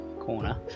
corner